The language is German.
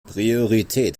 priorität